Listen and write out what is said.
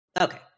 Okay